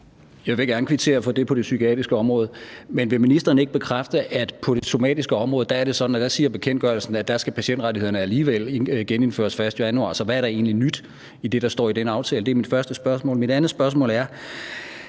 Jeg vil gerne kvittere for det på det psykiatriske område, men vil ministeren ikke bekræfte, at det på det somatiske område er sådan, at der siger bekendtgørelsen, at der skal patientrettighederne alligevel genindføres 1. januar? Så hvad er der egentlig af nyt i det, der står i den aftale? Det er mit første spørgsmål. Jeg har et andet spørgsmål: